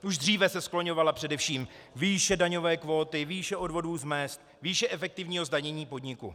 Už dříve se skloňovala především výše daňové kvóty, výše odvodů z mezd, výše efektivního zdanění podniku.